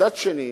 ומצד שני